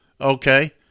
Okay